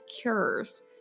cures